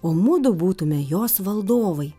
o mudu būtume jos valdovai